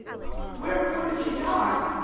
wherefore did she die?